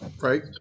Right